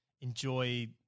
enjoy